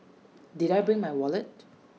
did I bring my wallet